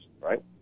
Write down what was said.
right